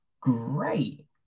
great